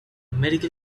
medical